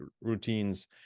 routines